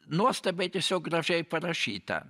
nuostabiai tiesiog gražiai parašyta